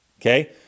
Okay